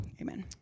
Amen